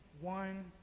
one